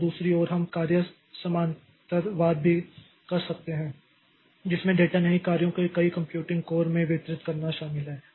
और दूसरी ओर हम कार्य समानांतरवाद भी कर सकते हैं जिसमें डेटा नहीं कार्यों को कई कंप्यूटिंग कोर में वितरित करना शामिल है